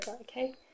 okay